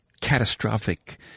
catastrophic